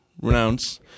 renounce